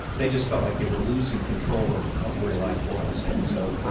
they just felt like they were losing control of of where life was. and so,